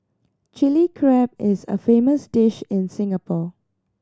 Chilli Crab is a famous dish in Singapore